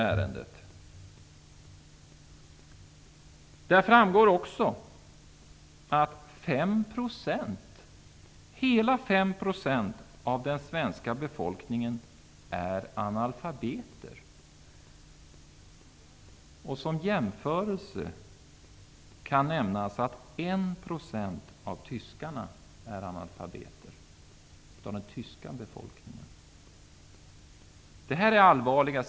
Vidare framgår det att hela 5 % av den svenska befolkningen är analfabeter. Som en jämförelse kan nämnas att 1 % av den tyska befolkningen är analfabeter.